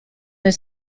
that